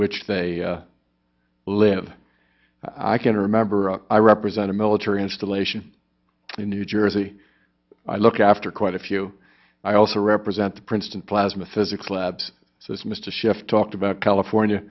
which they live i can remember i represent a military installation in new jersey i look after quite a few i also represent the princeton plasma physics labs so it's missed a shift talked about california